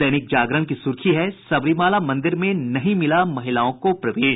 दैनिक जागरण की सुर्खी है सबरीमाला मंदिर में नहीं मिला महिलाओं को प्रवेश